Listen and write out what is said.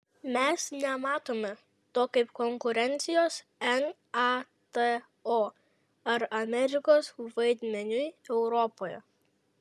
mes nematome to kaip konkurencijos nato ar amerikos vaidmeniui europoje